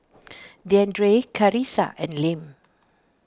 Deandre Karissa and Lem